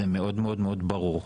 זה מאוד מאוד מאוד ברור.